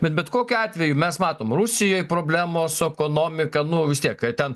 bet bet kokiu atveju mes matom rusijoj problemos su ekonomika nu vis tiek ten